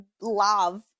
love